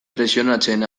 presionatzen